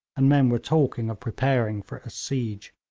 and men were talking of preparing for a siege.